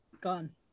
gone